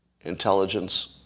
intelligence